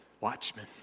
watchmen